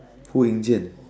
不应建